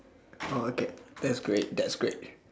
oh okay that's great that's great